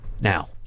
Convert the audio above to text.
Now